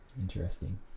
Interesting